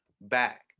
back